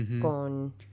con